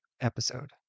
episode